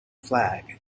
flag